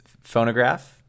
phonograph